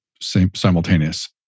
simultaneous